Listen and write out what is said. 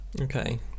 Okay